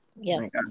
Yes